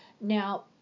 Now